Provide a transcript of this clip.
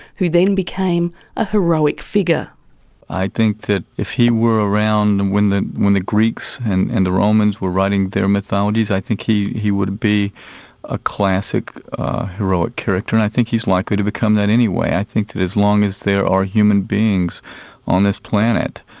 who then became a heroic figure i think that if he were around when the when the greeks and and the romans were writing their mythologies, he he would be a classic heroic character. and i think he is likely to become that anyway. i think that as long as there are human beings on this planet,